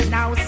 Now